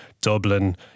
Dublin